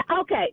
okay